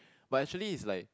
but actually it's like